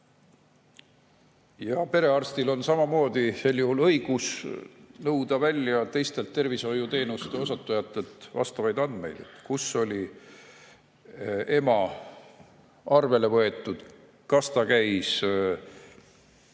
Perearstil on samamoodi sel juhul õigus nõuda välja teistelt tervishoiuteenuse osutajatelt vastavaid andmeid, kus oli ema arvele võetud, kas ta käis